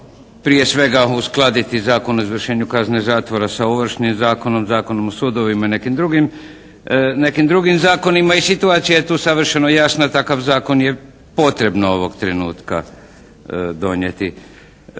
prije svega uskladiti Zakon o izvršenju kazne zatvora sa ovršnim zakonom, Zakonom o sudovima i nekim drugim zakonima. I situacija je tu savršeno jasna, takav zakon je potrebno ovog trenutka donijeti.